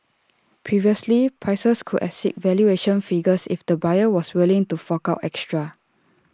previously prices could exceed valuation figures if the buyer was willing to fork out extra